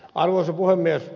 arvoisa puhemies